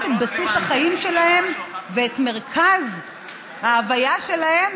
את בסיס החיים שלהן ואת מרכז ההוויה שלהן,